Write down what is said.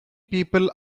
people